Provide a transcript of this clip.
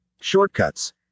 Shortcuts